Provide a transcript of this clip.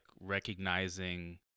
recognizing